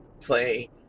play